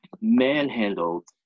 manhandled